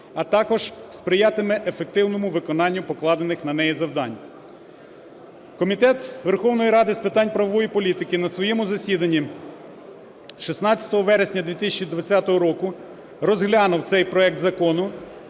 а також сприятиме ефективному виконанню покладених на неї завдань. Комітет Верховної Ради з питань правової політики на своєму засіданні 16 вересня 2020 року розглянув цей проект Закону